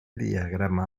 diagrama